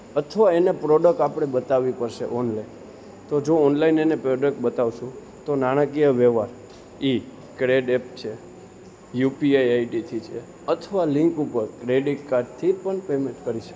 અથવા એને પ્રોડક આપણે બતાવવી પડશે ઓનલાઇન તો જો ઓનલાઇન એને પ્રોડક બતાવશું તો નાણાકીય વ્યવહાર એ ક્રેડ એપ છે યુપીઆઈ આઇડીથી છે અથવા લિપ ઉપર ક્રેડિટ કાર્ડથી પણ પેમેન્ટ કરી શકે